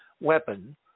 weapon